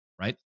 right